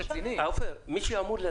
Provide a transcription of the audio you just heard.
זה שינוי חוק.